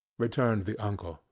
returned the uncle,